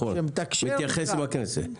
שמתייחס לכנסת.